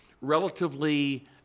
relatively